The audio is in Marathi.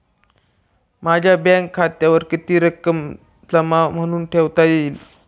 माझ्या बँक खात्यावर किती रक्कम जमा म्हणून ठेवता येईल?